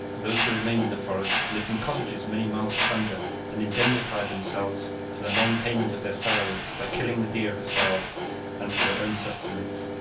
those who remained in the forest lived in cottages many miles asunder, and indemnified themselves for the non-payment of their salaries by killing the deer for sale and for their own subsistence.